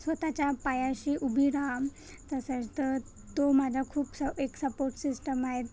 स्वतःच्या पायाशी उभी राहा तसंय तर तो माझा खूपसा एक सपोर्ट सिस्टम आहे